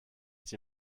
die